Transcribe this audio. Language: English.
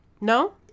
No